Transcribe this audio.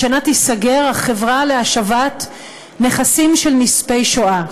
השנה תיסגר החברה להשבת נכסים של נספי שואה,